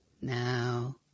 Now